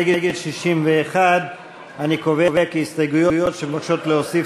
נגד, 61. אני קובע כי ההסתייגויות שמבקשות להוסיף